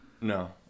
No